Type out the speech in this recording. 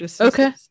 okay